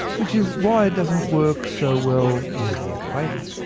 which is why it doesn't work so well near the equator.